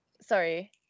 Sorry